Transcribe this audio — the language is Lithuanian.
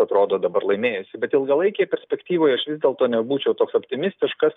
atrodo dabar laimėjusi bet ilgalaikėj perspektyvoj aš vis dėlto nebūčiau toks optimistiškas